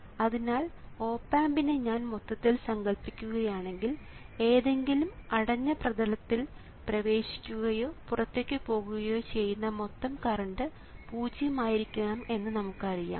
അതിനാൽ ഓപ് ആമ്പിനെ ഞാൻ മൊത്തത്തിൽ സങ്കൽപ്പിക്കുകയാണെങ്കിൽ ഏതെങ്കിലും അടഞ്ഞ പ്രതലത്തിൽ പ്രവേശിക്കുകയോ പുറത്തേക്ക് പോകുകയോ ചെയ്യുന്ന മൊത്തം കറണ്ട് പൂജ്യം ആയിരിക്കണം എന്ന് നമുക്കറിയാം